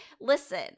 Listen